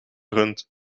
rund